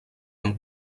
amb